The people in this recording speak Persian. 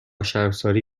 شرمساری